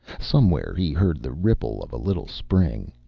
somewhere he heard the ripple of a little spring.